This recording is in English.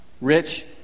rich